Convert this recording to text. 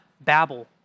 babble